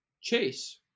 Chase